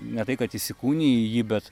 ne tai kad įsikūniji į jį bet